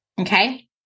okay